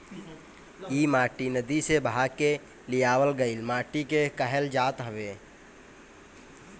इ माटी नदी से बहा के लियावल गइल माटी के कहल जात हवे